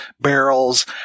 barrels